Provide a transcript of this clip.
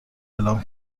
اعلام